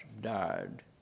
died